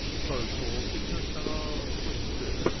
so-called because there are twenty-two.